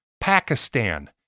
Pakistan